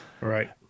Right